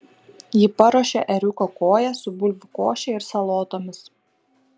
ji paruošė ėriuko koją su bulvių koše ir salotomis